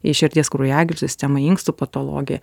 ir širdies kraujagyslių sistemą inkstų patologiją